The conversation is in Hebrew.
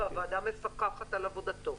והוועדה מפקחת על עבודתו.